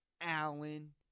Allen